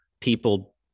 people